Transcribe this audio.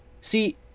See